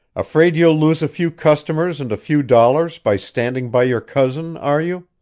afraid you'll lose a few customers and a few dollars, by standing by your cousin, are you?